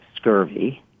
scurvy